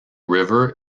river